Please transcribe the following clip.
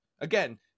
again